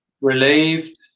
relieved